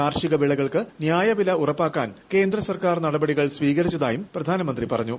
കാർഷിക വിളകൾക്ക് ന്യായവില ഉറപ്പാക്കാൻ കേന്ദ്ര സർക്കാർ നടപടികൾ സ്വീകരിച്ചതായും പ്രധാനമന്ത്രി പറഞ്ഞു